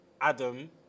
Adam